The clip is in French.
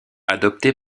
adoptée